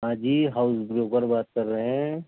ہاں جی house broker بات کر رہے ہیں